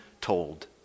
told